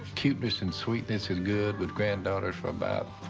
cuteness and sweetness is good with granddaughters for about,